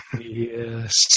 Yes